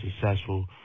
successful